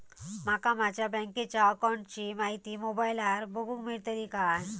माका माझ्या बँकेच्या अकाऊंटची माहिती मोबाईलार बगुक मेळतली काय?